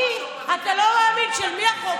בנתניהו,